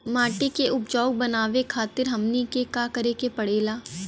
माटी के उपजाऊ बनावे खातिर हमनी के का करें के पढ़ेला?